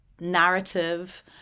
narrative